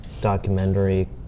documentary